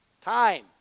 Time